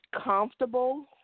comfortable